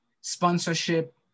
sponsorship